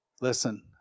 Listen